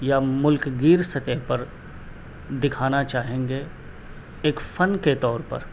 یا ملک گیر سطح پر دکھانا چاہیں گے ایک فن کے طور پر